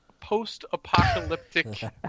post-apocalyptic